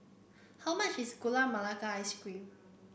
how much is Gula Melaka Ice Cream